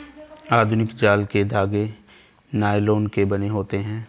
आधुनिक जाल के धागे नायलोन के बने होते हैं